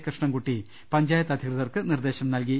കൃഷ്ണൻകുട്ടി പഞ്ചായത്ത് അധികൃതർക്ക് നിർദ്ദേശം നൽകി